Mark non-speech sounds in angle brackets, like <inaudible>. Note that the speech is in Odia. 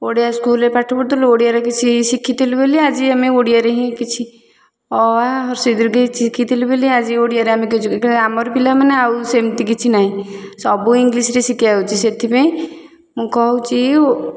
ଓଡ଼ିଆ ସ୍କୁଲରେ ପାଠ ପଢ଼ିଥିଲୁ ଓଡ଼ିଆରେ କିଛି ଶିଖିଥିଲୁ ବୋଲି ଆଜି ଆମେ ଓଡ଼ିଆରେ ହିଁ କିଛି ଅ ଆ ଇ ଈ ଶିଖିଥିଲୁ ବୋଲି ଆଜି ଓଡ଼ିଆରେ ଆମେ <unintelligible> କାହିଁ ଆମର ପିଲାମାନେ ଆଉ ସେମତି କିଛି ନାହିଁ ସବୁ ଇଂଲିଶରେ ଶିଖା ହେଉଛି ସେଥିପାଇଁ ମୁଁ କହୁଛି ଓ